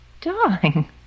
Darling